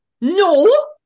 No